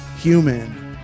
Human